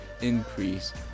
increase